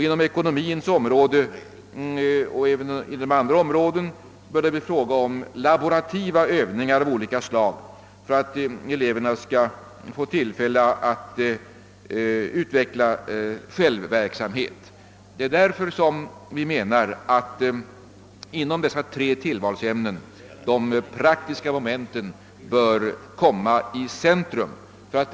På ekonomins och även andra områden bör det bli fråga om laborativa övningar av olika slag för att eleverna skall få tillfälle att utveckla Självverksamhet. Vi anser alltså att de Praktiska momenten bör komma i Centrum inom dessa tre tillvalsämnen.